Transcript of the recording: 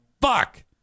Fuck